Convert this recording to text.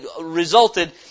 resulted